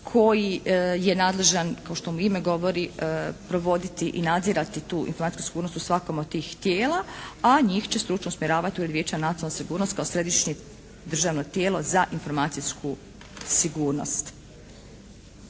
koji je nadležan kao što ime govori provoditi i nadzirati tu informacijsku sigurnost u svakom od tih tijela a njih će stručno usmjeravati Ured Vijeća za nacionalnu sigurnost kao središnje državno tijelo za informacijsku sigurnost.